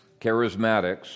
charismatics